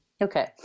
Okay